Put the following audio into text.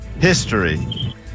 history